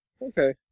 Okay